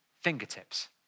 fingertips